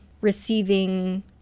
receiving